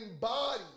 body